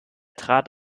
trat